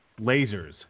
lasers